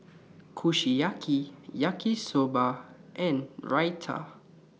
Kushiyaki Yaki Soba and Raita